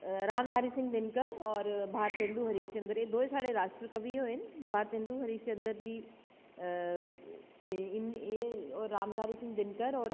रामधारी सिंह 'दिनकर' होर भारतेंदु हरिशचंद्र एह् दमैं साढ़े राश्ट्रकवि होये न भारतेंदु हरिशचंद्र जी एह् रामधारी सिंह 'दिनकर'